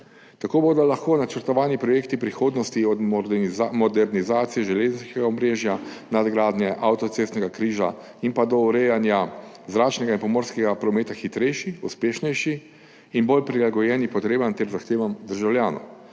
Tako bodo lahko načrtovani projekti v prihodnosti, od modernizacije železniškega omrežja, nadgradnje avtocestnega križa in do urejanja zračnega in pomorskega prometa, hitrejši, uspešnejši in bolj prilagojeni potrebam ter zahtevam državljanov.